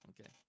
Okay